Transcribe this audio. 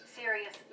serious